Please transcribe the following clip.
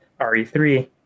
RE3